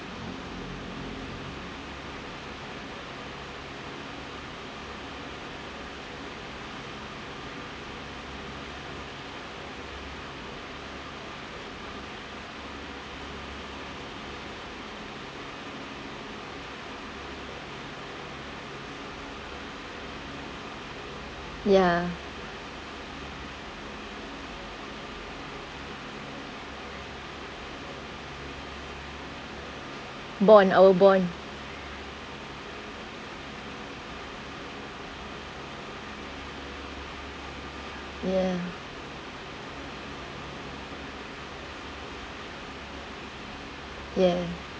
ya bond our bond ya ya